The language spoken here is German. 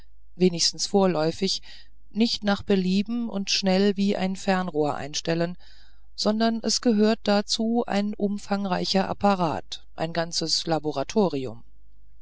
wenigstens vorläufig nicht nach belieben und schnell wie ein fernrohr einstellen sondern es gehört dazu ein umfangreicher apparat ein ganzes laboratorium